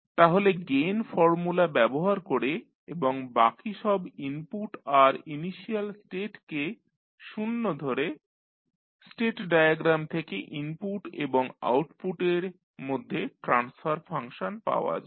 তাহলে gain formula ব্যবহার করে এবং বাকি সব ইনপুট আর ইনিশিয়াল স্টেটকে 0 ধরে স্টেট ডায়াগ্রাম থেকে ইনপুট এবং আউটপুট এর মধ্যে ট্রানস্ফার ফাংশন পাওয়া যায়